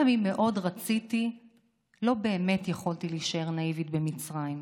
גם אם מאוד רציתי לא באמת יכולתי להישאר נאיבית במצרים.